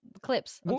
clips